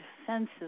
defensive